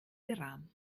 iran